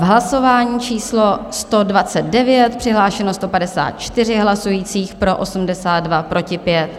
Hlasování číslo 129, přihlášeno 154 hlasujících, pro 82, proti 5.